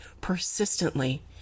persistently